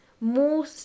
more